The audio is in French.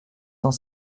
cent